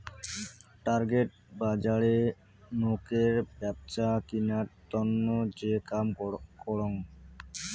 target বজারে নোকের ব্যপছা কিনার তন্ন যে কাম করং